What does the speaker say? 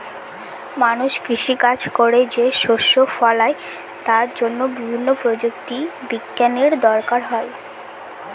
মানুষ কৃষি কাজ করে যে শস্য ফলায় তার জন্য বিভিন্ন প্রযুক্তি বিজ্ঞানের দরকার হয়